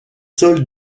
sols